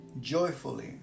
joyfully